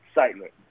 excitement